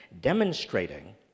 demonstrating